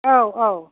औ औ